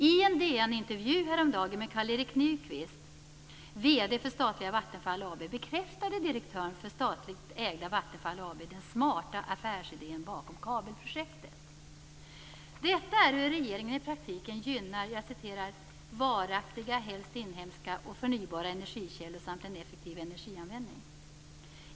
I en DN-intervju häromdagen med Carl-Erik Nyquist, vd för statliga Vattenfall AB, bekräftade direktörn för statligt ägda Vattenfall AB den smarta affärsidén bakom kabelprojektet. Detta är hur regeringen i praktiken gynnar "varaktiga, helst inhemska och förnybara energikällor samt en effektiv energianvändning".